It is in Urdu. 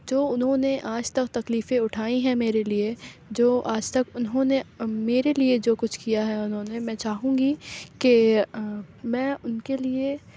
جو انہوں نے آج تک تکلیفیں اٹھائی ہیں میرے لیے جو آج تک انہوں نے میرے لیے جو کچھ کیا ہے انہوں نے میں چاہوں گی کہ میں ان کے لیے